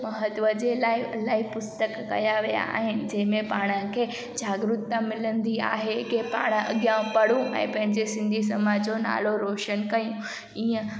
महत्व जे लाइ इलाही पुस्तक कया विया आहिनि जंहिंमे पाण खे जागरुकता मिलंदी आहे की पाणि अॻियां पढ़ूं ऐं पंहिंजे सिंधी समाज जो नालो रोशनु कयूं